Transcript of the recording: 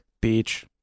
beach